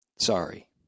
Sorry